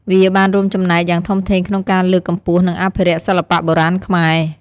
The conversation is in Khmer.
វាបានរួមចំណែកយ៉ាងធំធេងក្នុងការលើកកម្ពស់និងអភិរក្សសិល្បៈបុរាណខ្មែរ។